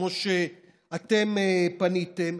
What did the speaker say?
כמו שאתם פניתם,